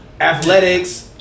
athletics